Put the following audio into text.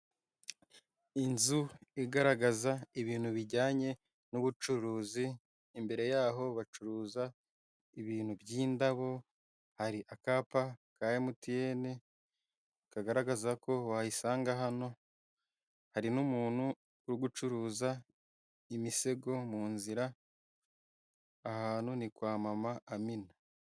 Inzu igaragaza ibintu bijyanye n'ubucuruzi, imbere yaho bacuruza ibintu by'indabo hari akapa ka emutiyene, kagaragaza ko wayisanga hano, hari n'umuntu uri gucuruza imisego mu nzira, aha hantu ni kwa mama Amina.